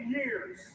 years